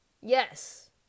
Yes